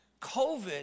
COVID